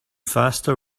faster